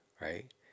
right